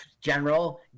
General